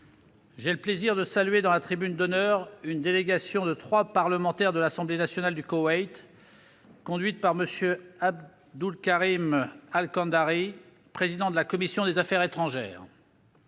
j'ai le plaisir de saluer la présence, dans la tribune d'honneur, d'une délégation de trois parlementaires de l'Assemblée nationale du Koweït, conduite par M. Abdulkarim Al Kandari, président de la commission des affaires étrangères.